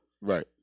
Right